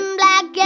black